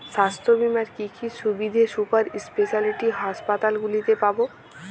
স্বাস্থ্য বীমার কি কি সুবিধে সুপার স্পেশালিটি হাসপাতালগুলিতে পাব?